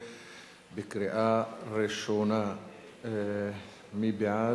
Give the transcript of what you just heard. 2012. מי בעד?